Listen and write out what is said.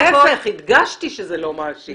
להיפך הדגשתי שזה לא מאשים.